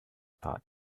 thought